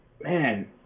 man